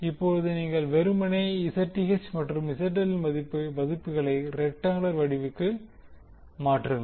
இப்போது நீங்கள் வெறுமனே Zth மற்றும் ZL இன் மதிப்புகளை ரெக்ட்டாங்குளர் வடிவத்திற்கு மாற்றுங்கள்